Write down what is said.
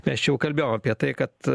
mes čia kalbėjom apie tai kad